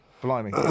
blimey